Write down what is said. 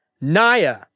Naya